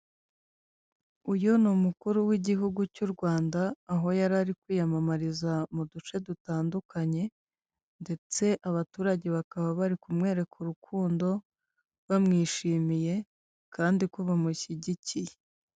Uyu ni umukuru w'igihugu cy'u Rwanda, aho yari ari kwiyamamariza mu duce dutandukanye, ndetse abaturage bakaba bari kumwereka urukundo, bamwishimiye, kandi ko bamushyigikiye.